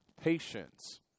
patience